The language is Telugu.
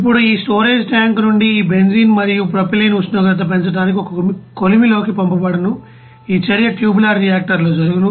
ఇప్పుడు ఈ స్టోరేజ్ ట్యాంక్ నుండి ఈ బెంజీన్ మరియు ప్రొపైలిన్ ఉష్ణోగ్రత పెంచడానికి ఒక కొలిమిలోకి పంపబడును ఈ చర్య ట్యూబులర్ రియాక్టర్ లో జరుగును